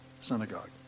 synagogue